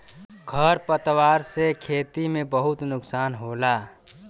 खर पतवार से खेती में बहुत नुकसान होला